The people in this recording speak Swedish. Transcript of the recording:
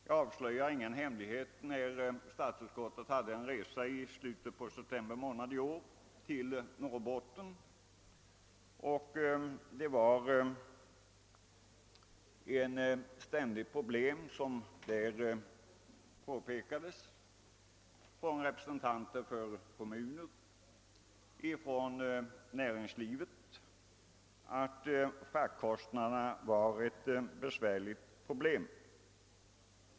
Jag avslöjar ingen hemlighet när jag säger att det under statsutskottets resa till Norrbotten i september månad i år ständigt av representanter för kommuner och näringslivet påpekades att fraktkostnaderna var ett problem.